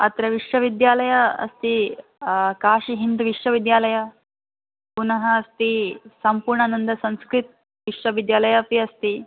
अत्र विश्वविद्यालयः अस्ति काशीहिन्दुविश्वविद्यालयः पुनः अस्ति सम्पूर्णानन्दसंस्कृतविश्वविद्यालयः अपि अस्ति